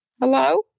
Hello